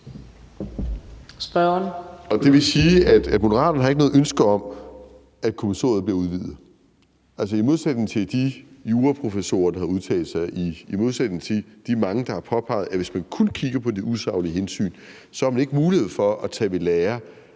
Det vil sige, at Moderaterne ikke har noget ønske om, at kommissoriet bliver udvidet, altså i modsætning til de juraprofessorer, der har udtalt sig, og i modsætning til de mange, der har påpeget, at hvis man kun kigger på de usaglige hensyn, har man ikke mulighed for at tage ved lære